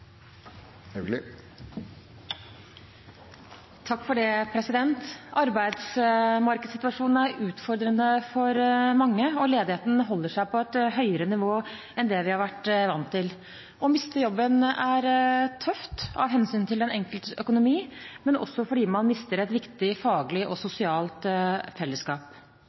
utfordrende for mange, og ledigheten holder seg på et høyere nivå enn det vi har vært vant til. Å miste jobben er tøft av hensyn til den enkeltes økonomi og også fordi man mister et viktig faglig og sosialt fellesskap.